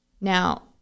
Now